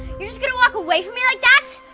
you're just gonna walk away from me like that?